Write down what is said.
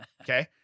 Okay